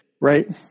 Right